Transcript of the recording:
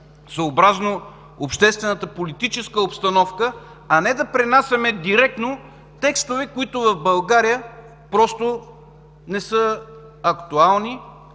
съобразно обществено-политическата обстановка, а не да пренасяме директно текстове, които в България просто не са актуални.